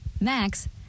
Max